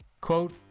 Quote